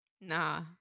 Nah